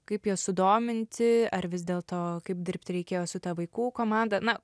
kaip juos sudominti ar vis dėl to kaip dirbti reikėjo su ta vaikų komanda na